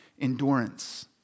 endurance